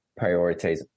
prioritize